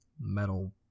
metal